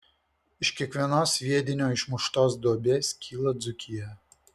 iš kiekvienos sviedinio išmuštos duobės kyla dzūkija